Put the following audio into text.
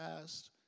past